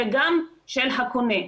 וגם של הקונה.